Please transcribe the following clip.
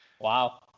wow